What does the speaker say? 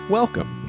welcome